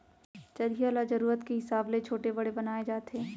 चरिहा ल जरूरत के हिसाब ले छोटे बड़े बनाए जाथे